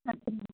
सत्यम्